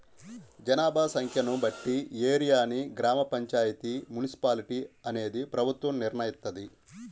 జనాభా సంఖ్యను బట్టి ఏరియాని గ్రామ పంచాయితీ, మున్సిపాలిటీ అనేది ప్రభుత్వం నిర్ణయిత్తది